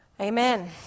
Amen